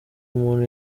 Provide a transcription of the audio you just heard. umuntu